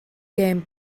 gêm